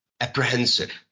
apprehensive